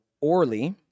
Orly